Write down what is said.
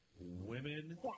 Women